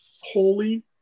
holy